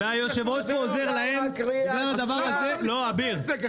והיושב-ראש פה עוזר להם ------ לסגור את העסק.